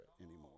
anymore